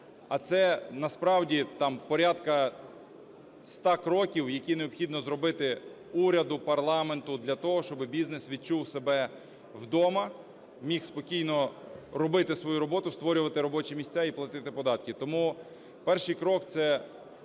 А це насправді там порядку ста кроків, які необхідно зробити уряду, парламенту для того, щоб бізнес відчув себе вдома. Міг спокійно робити свою роботу, створювати робочі місця і платити податки. Тому перший крок – це